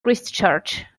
christchurch